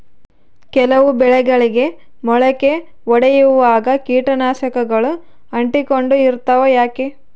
ಕೆಲವು ಬೆಳೆಗಳಿಗೆ ಮೊಳಕೆ ಒಡಿಯುವಾಗ ಕೇಟನಾಶಕಗಳು ಅಂಟಿಕೊಂಡು ಇರ್ತವ ಯಾಕೆ?